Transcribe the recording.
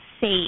safe